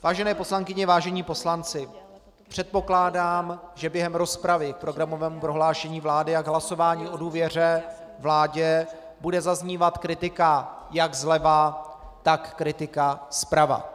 Vážené poslankyně, vážení poslanci, předpokládám, že během rozpravy k programovému prohlášení vlády a k hlasování o důvěře vládě bude zaznívat kritika jak zleva, tak kritika zprava.